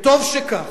וטוב שכך.